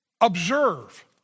Observe